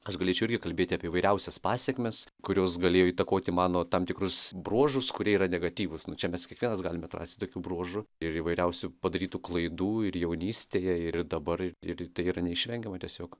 aš galėčiau irgi kalbėti apie įvairiausias pasekmes kurios galėjo įtakoti mano tam tikrus bruožus kurie yra negatyvūs nu čia mes kiekvienas galime atrasti tokių bruožų ir įvairiausių padarytų klaidų ir jaunystėje ir dabar ir tai yra neišvengiama tiesiog